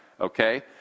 Okay